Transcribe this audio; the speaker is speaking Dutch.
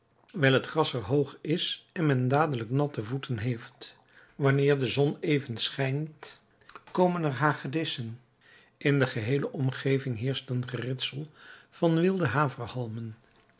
wijl het gras er hoog is en men dadelijk natte voeten heeft wanneer de zon even schijnt komen er hagedissen in de geheele omgeving heerscht een geritsel van wilde